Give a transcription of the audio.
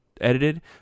edited